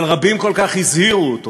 אבל רבים כל כך הזהירו אותו